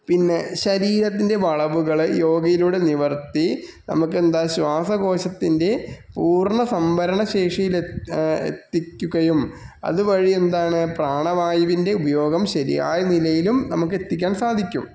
പിന്നെ ശരീരത്തിൻ്റെ വളവുകൾ യോഗയിലൂടെ നിവർത്തി നമുക്കെന്താ ശാസ്വകോശത്തിൻ്റെ പൂർണ്ണ സംവരണ ശേഷിയിലെ എത്തിക്കുകയും അതുവഴിയെന്താണ് പ്രാണവായുവിൻ്റെ ഉപയോഗം ശരിയായ നിലയിലും നമുക്കെത്തിക്കാൻ സാധിക്കും